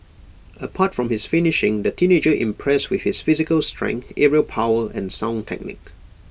apart from his finishing the teenager impressed with his physical strength aerial power and sound technique